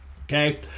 Okay